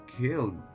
killed